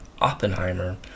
Oppenheimer